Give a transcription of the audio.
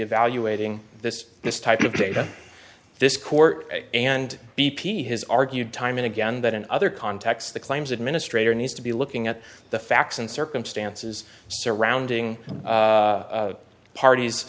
evaluating this this type of data this court and b p has argued time and again that in other contexts the claims administrator needs to be looking at the facts and circumstances surrounding parties